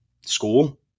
school